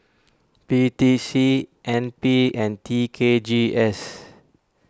P T C N P and T K G S